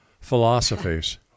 philosophies